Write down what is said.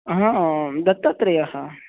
अह दत्तात्रेयः